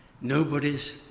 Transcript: Nobody's